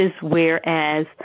whereas